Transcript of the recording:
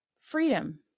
freedom